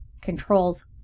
controls